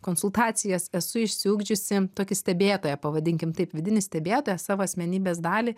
konsultacijas esu išsiugdžiusi tokį stebėtoją pavadinkim taip vidinį stebėtoją savo asmenybės dalį